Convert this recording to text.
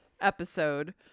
episode